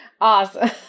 Awesome